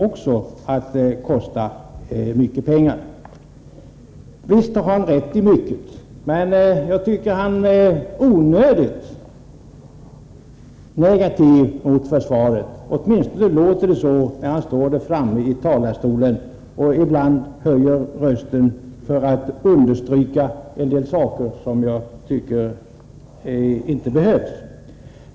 Visst har han rätt i mycket, men jag tycker att han är onödigt negativ mot försvaret — åtminstone låter det så när han står där framme i talarstolen och ibland höjer rösten för att understryka en del saker som jag inte tycker behövs.